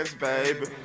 baby